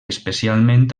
especialment